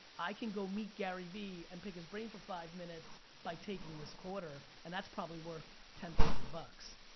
i can go meet gary v and pick his brain for five minutes by taking this quarter, and that's probably worth ten thousand bucks.